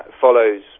follows